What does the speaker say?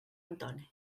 antoni